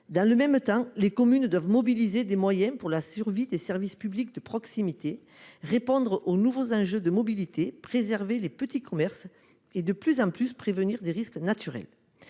Dans le même temps, les petites communes doivent mobiliser des moyens pour la survie des services publics de proximité, répondre aux nouveaux enjeux de mobilité, préserver les petits commerces et, de plus en plus, prévenir des risques naturels.